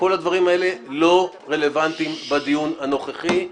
כל הדברים האלה לא רלוונטיים בדיון הנוכחי.